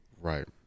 Right